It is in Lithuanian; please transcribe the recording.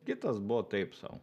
kitas buvo taip sau